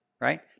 right